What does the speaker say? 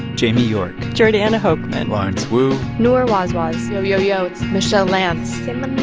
jamie york jordana hochman lawrence wu noor wazwaz yo, yo, yo, it's michelle lanz.